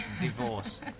Divorce